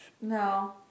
No